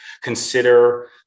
consider